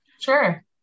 Sure